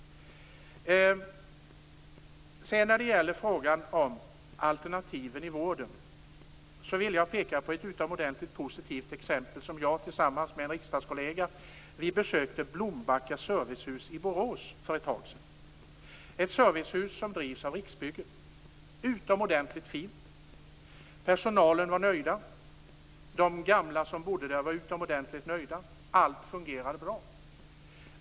När det gäller alternativen i vården, vill jag peka på ett utomordentligt positivt exempel. Tillsammans med en riksdagskollega besökte jag Blombacka servicehus i Borås för ett tag sedan. Det är ett servicehus som drivs av Riksbyggen. Det är utomordentligt fint, och personalen är nöjd, liksom de gamla som bodde där. Allt fungerar bra.